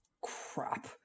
crap